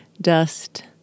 Dust